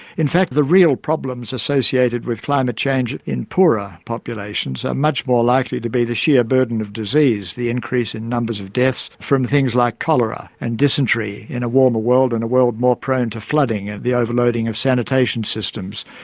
in fact, the real problems associated with climate change in poorer populations are much more likely to be the sheer burden of disease, the increase in numbers of deaths from things like cholera and dysentery in a warmer world, in a world more prone to flooding, and the overloading of sanitation systems.